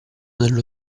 nello